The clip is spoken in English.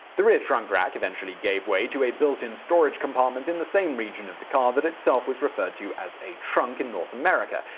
the rear trunk rack eventually gave way to a built-in storage compartment in the same region of the car that itself was referred to as a trunk in north america.